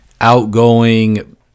outgoing